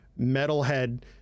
metalhead